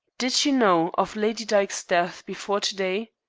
did you know of lady dyke's death before to-day?